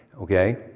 okay